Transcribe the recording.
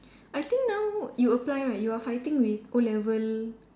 I think now you apply right you are fighting with O-level